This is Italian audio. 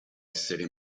essere